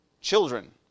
Children